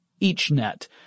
Eachnet